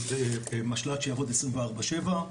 משל"ט שיעבוד 24/7,